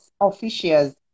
officials